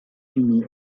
fini